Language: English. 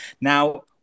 Now